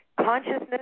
Consciousness